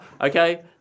Okay